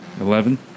Eleven